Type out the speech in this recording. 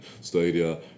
stadia